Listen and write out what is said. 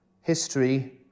history